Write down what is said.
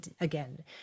again